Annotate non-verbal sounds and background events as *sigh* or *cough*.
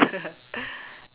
*laughs*